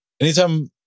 anytime